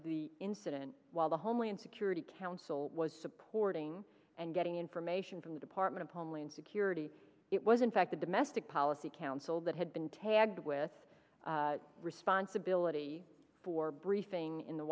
the incident while the homeland security council was supporting and getting information from the department of homeland security it was in fact the domestic policy council that had been tagged with responsibility for briefing in the